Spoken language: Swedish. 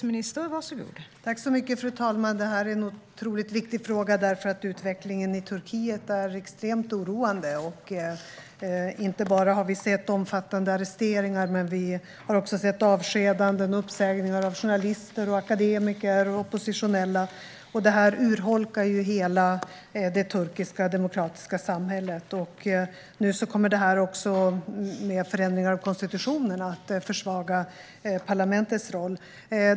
Fru talman! Detta är en otroligt viktig fråga. Utvecklingen i Turkiet är extremt oroande. Vi har inte bara sett omfattande arresteringar utan också avskedanden och uppsägningar av journalister, akademiker och oppositionella. Detta urholkar hela det turkiska demokratiska samhället. Nu kommer också förändringar av konstitutionen att försvaga parlamentets roll.